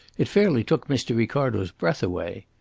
it fairly took mr. ricardo's breath away.